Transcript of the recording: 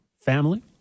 family